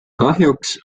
kahjuks